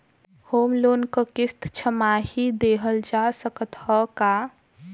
Home loan क किस्त छमाही देहल जा सकत ह का?